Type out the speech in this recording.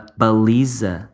baliza